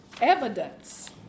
evidence